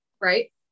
right